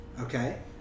okay